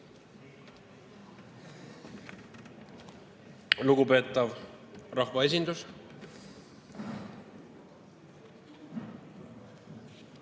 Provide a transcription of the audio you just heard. Lugupeetav rahvaesindus!